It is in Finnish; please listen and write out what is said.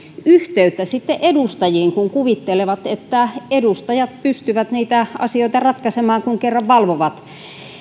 yhteyttä sitten edustajiin kun kuvittelevat että edustajat pystyvät niitä asioita ratkaisemaan kun kerran valvovat